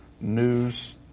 news